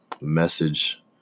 message